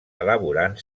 elaborant